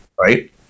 Right